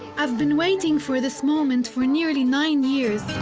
i've been waiting for this moment for nearly nine years.